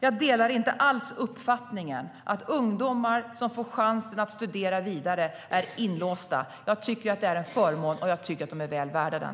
Jag delar inte alls uppfattningen att ungdomar som får chansen att studera vidare är inlåsta. Jag tycker att det är en förmån, och jag tycker att de är väl värda den.